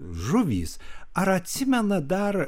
žuvys ar atsimena dar